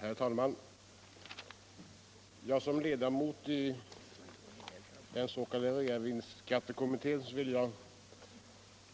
Herr talman! Som ledamot i reavinstskattekommittén vill jag